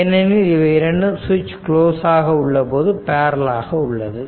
ஏனெனில் இவை இரண்டும் ஸ்விச் கிளோஸ் ஆக உள்ளபோது பேரலல் ஆக உள்ளது